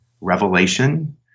revelation